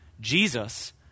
Jesus